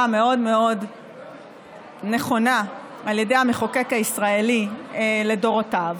מאוד נכונה על ידי המחוקק הישראלי לדורותיו,